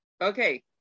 Okay